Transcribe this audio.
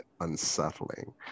unsettling